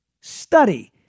study